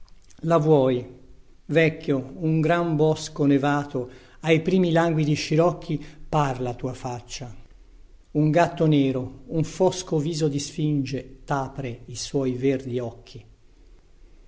la vuoi vecchio un gran bosco nevato ai primi languidi scirocchi per la tua faccia un gatto nero un fosco viso di sfinge tapre i suoi verdi occhi